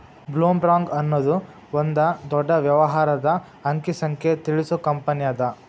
ಬ್ಲೊಮ್ರಾಂಗ್ ಅನ್ನೊದು ಒಂದ ದೊಡ್ಡ ವ್ಯವಹಾರದ ಅಂಕಿ ಸಂಖ್ಯೆ ತಿಳಿಸು ಕಂಪನಿಅದ